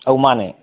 ꯑꯧ ꯃꯥꯅꯦ